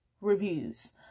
reviews